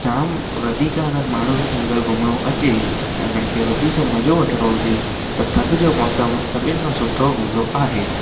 जाम वधीक अगरि माण्हुनि खे अगरि घुमणो अचे ऐं हुननि खे वधीक मज़ो वठणो हुजे त थधि जो मौसमु सभिनि खां सुठो हूंदो आहे